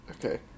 okay